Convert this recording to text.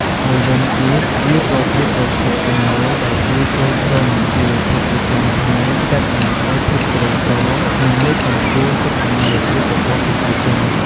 មួយវិញទៀត វាក៏ជាប្រភពចំណូលដែលជួយទ្រទ្រង់ជីវភាពប្រចាំថ្ងៃ កាត់បន្ថយភាពក្រីក្រ និងលើកកម្ពស់សុខុមាលភាពរបស់ប្រជាជន។